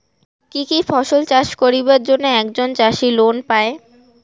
কি কি ফসল চাষ করিবার জন্যে একজন চাষী লোন পায়?